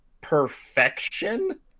perfection